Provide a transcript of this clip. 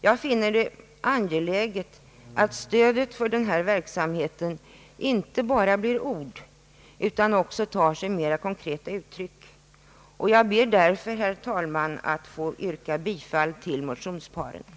Jag finner det angeläget att stödet för denna verksamhet inte bara blir ord utan också tar sig mera konkreta uttryck. Jag ber därför, herr talman, att få återkomma med yrkande om bifall till förslaget i motionerna.